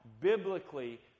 biblically